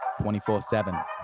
24-7